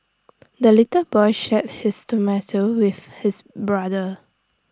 the little boy shared his tomato with his brother